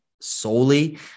solely